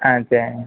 ஆ சரிண்ணே